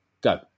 Go